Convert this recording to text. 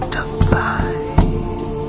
divine